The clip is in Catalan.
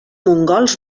mongols